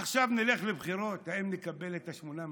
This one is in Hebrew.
עכשיו נלך לבחירות, האם נקבל את שמונת המנדטים?